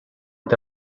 est